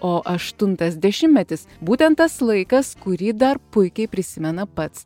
o aštuntas dešimtmetis būtent tas laikas kurį dar puikiai prisimena pats